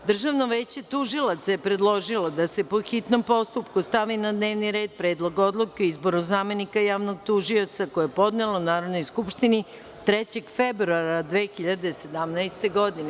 Državno veće tužilaca je predložilo da se, po hitnom postupku, stavi na dnevni red Predlog odluke o izboru zamenika Javnog tužioca, koje je podnelo Narodnoj skupštini 3. februara 2017. godine.